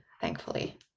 thankfully